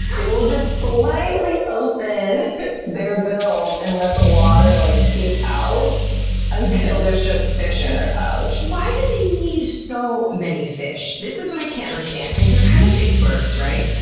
they will just slightly open their bills and let the water, like, seep out until there's just fish in their pouch. why do they need so many fish? this is what i can't understand, because they're kind of big birds, right?